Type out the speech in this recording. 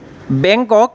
Bangkok